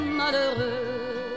malheureux